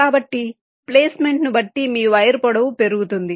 కాబట్టి ప్లేస్మెంట్ను బట్టి మీ వైర్ పొడవు పెరుగుతుంది